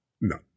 No